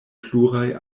pluraj